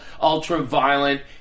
ultra-violent